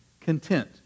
content